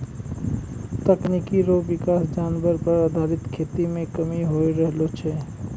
तकनीकी रो विकास जानवर पर आधारित खेती मे कमी होय रहलो छै